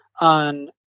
on